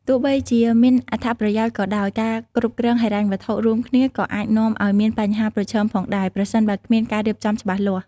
ទោះបីជាមានអត្ថប្រយោជន៍ក៏ដោយ ការគ្រប់គ្រងហិរញ្ញវត្ថុរួមគ្នាក៏អាចនាំឲ្យមានបញ្ហាប្រឈមផងដែរ ប្រសិនបើគ្មានការរៀបចំច្បាស់លាស់។